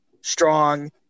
strong